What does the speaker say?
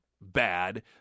bad